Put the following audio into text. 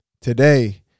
today